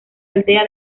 aldea